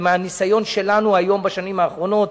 מהניסיון שלנו היום, בשנים האחרונות,